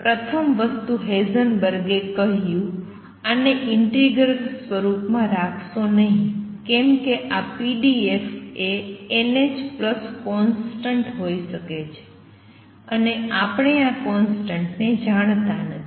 પ્રથમ વસ્તુ હેઇઝનબર્ગે કહ્યું આને ઈંટીગ્રલ સ્વરૂપમાં રાખશો નહીં કેમ કે આ pdx એ nhconstant હોઈ શકે છે અને આપણે આ કોંસ્ટંટ ને જાણતા નથી